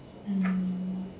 mm